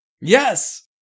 Yes